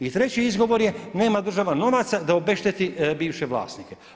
I treći izgovor je nema država novaca da obešteti bivše vlasnike.